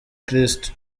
kristo